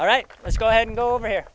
all right let's go ahead and go over here